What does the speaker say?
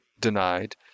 denied